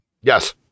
Yes